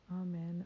Amen